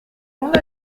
monde